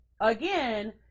again